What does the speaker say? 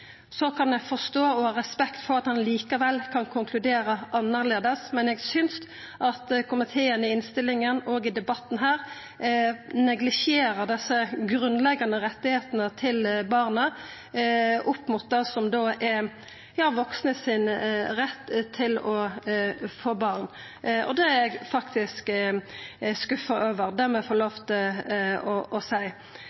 Så kan eg forstå og ha respekt for at ein likevel kan konkludera annleis, men eg synest at komiteen i innstillinga og i debatten her neglisjerer desse grunnleggjande rettane til barnet, opp mot det som da er dei vaksne sin rett til å få barn. Det er eg faktisk skuffa over, det